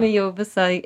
jau visa